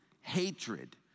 hatred